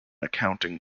accounting